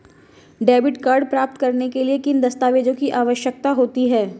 Debit card प्राप्त करने के लिए किन दस्तावेज़ों की आवश्यकता होती है?